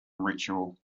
ritual